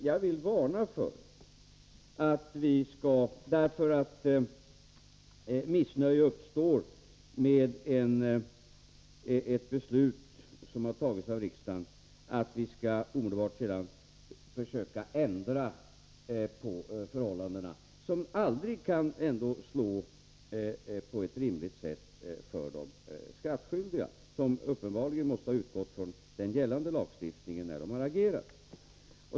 Jag vill varna för att vi, därför att missnöje uppstår med ett beslut som har tagits av riksdagen, omedelbart skall försöka ändra på förhållandena. Ändringarna kan ändå aldrig slå på ett rimligt sätt för de skattskyldiga, som uppenbarligen måste ha utgått från den gällande lagstiftningen när de har agerat.